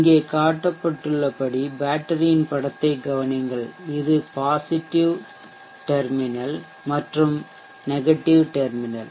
இங்கே காட்டப்பட்டுள்ளபடி பேட்டரியின் படத்தை கவனியுங்கள் இது பாசிட்டிவ் டெர்மினல் மற்றும் நெகட்டிவ் டெர்மினல்